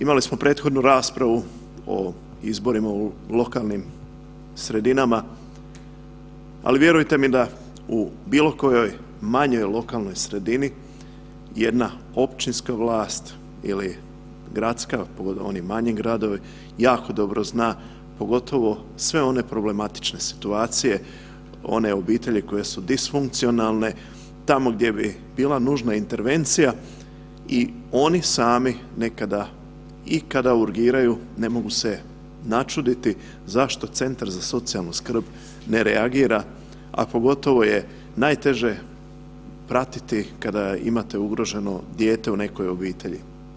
Imali smo prethodnu raspravu o izborima u lokalnim sredinama, ali vjerujte mi da u bilo kojoj manjoj lokalnoj sredini jedna općinska vlast ili gradska, pogotovo oni manji gradovi jako dobro zna pogotovo sve one problematične situacije, one obitelji koje su disfunkcionalne tamo gdje bi bila nužna intervencija i oni sami nekada i kada urgiraju ne mogu se načuditi zašto centra za socijalnu skrb ne reagira, a pogotovo je najteže pratiti kada imate ugroženo dijete u nekoj obitelji.